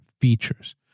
features